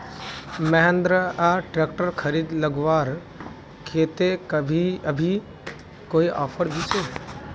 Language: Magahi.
महिंद्रा ट्रैक्टर खरीद लगवार केते अभी कोई ऑफर भी छे?